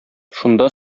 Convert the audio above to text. шунда